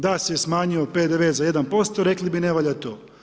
Da se smanjio PDV-e za 1% rekli bi ne valja to.